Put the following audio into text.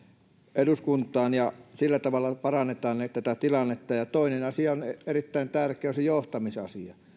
eduskuntaan ja sillä tavalla parannetaan tätä tilannetta ja toinen erittäin tärkeä asia on se johtamisasia minä